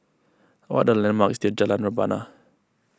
what are the landmarks near Jalan Rebana